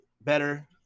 better